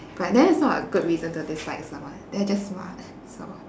but then it's not a good reason to dislike someone they're just smart so